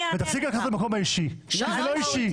תפסיקי לקחת את זה למקום האישי כי זה לא אישי.